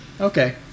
Okay